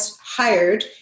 hired